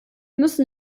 müssen